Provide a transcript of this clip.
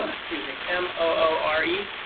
um excuse me, m. o. r. e.